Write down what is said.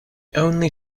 only